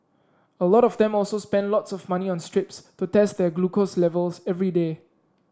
a lot of them also spend lots of money on strips to test their glucose levels every day